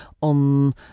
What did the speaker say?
on